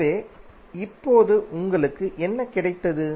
எனவே இப்போது உங்களுக்கு என்ன கிடைத்தது